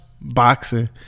boxing